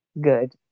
good